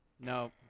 No